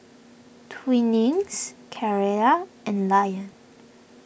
Twinings Carrera and Lion